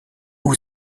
who